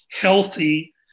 healthy